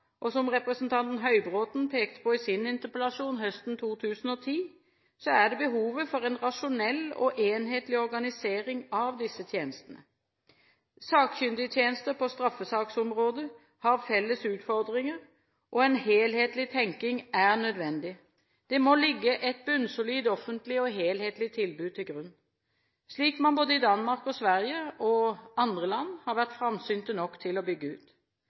og som representanten Høybråten pekte på i sin interpellasjon høsten 2010, er det behovet for en rasjonell og enhetlig organisering av disse tjenestene. Sakkyndigtjenester på straffesaksområdet har felles utfordringer, og en helhetlig tenkning er nødvendig. Det må ligge et bunnsolid offentlig og helhetlig tilbud til grunn, slik man både i Danmark, Sverige og andre land har vært framsynte nok til å bygge ut.